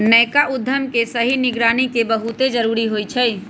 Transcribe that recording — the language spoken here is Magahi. नयका उद्यम के सही निगरानी के बहुते जरूरी होइ छइ